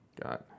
got